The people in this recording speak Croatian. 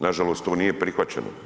Na žalost to nije prihvaćeno.